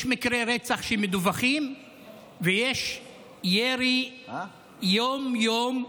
יש מקרי רצח שמדווחים ויש ירי יום-יום,